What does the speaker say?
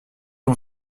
ton